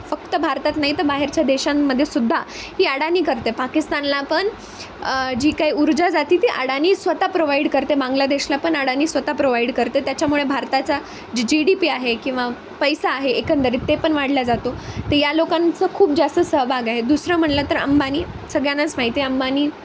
फक्त भारतात नाही तर बाहेरच्या देशांमध्ये सुद्धा ही अडानी करते पाकिस्तानला पण जी काही ऊर्जा जाती ती अडानी स्वतः प्रोव्हाइड करते बांग्लादेशला पण अडानी स्वतः प्रोव्हाइड करते त्याच्यामुळे भारताचा जी जी डी पी आहे किंवा पैसा आहे एकंदरीत ते पण वाढल्या जातो तर या लोकांचं खूप जास्त सहभाग आहे दुसरं म्हटलं तर अंबानी सगळ्यांनाच माहिती आहे अंबानी